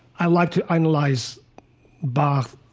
i like to analyze bach,